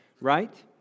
right